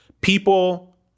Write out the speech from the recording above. People